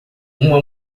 uma